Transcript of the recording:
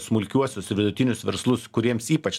smulkiuosius ir vidutinius verslus kuriems ypač